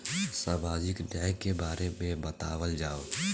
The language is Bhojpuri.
सामाजिक न्याय के बारे में बतावल जाव?